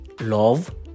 love